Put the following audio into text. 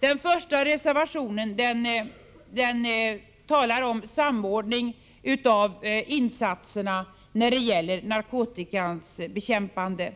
Den första reservationen talar om samordning av insatserna när det gäller narkotikans bekämpande,